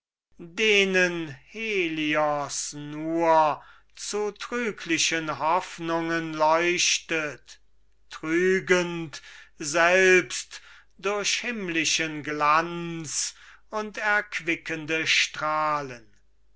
denen helios nur zu trüglichen hoffnungen leuchtet trügend selbst durch himmlischen glanz und erquickende strahlen